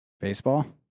Baseball